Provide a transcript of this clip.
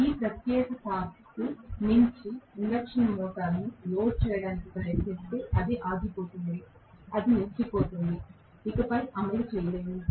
ఈ ప్రత్యేకమైన టార్క్కు మించి ఇండక్షన్ మోటారును లోడ్ చేయడానికి ప్రయత్నిస్తే అది ఆగిపోతుంది అది నిలిచిపోతుంది ఇకపై అమలు చేయలేము